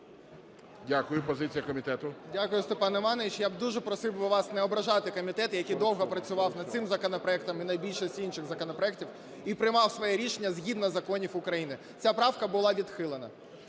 ЖЕЛЕЗНЯК Я.І. Дякую, Степан Іванович. Я б дуже просив би вас не ображати комітет, який довго працював над цим законопроектом і над більшістю інших законопроектів, і приймав своє рішення згідно законів України. Ця правка була відхилена.